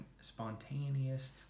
spontaneous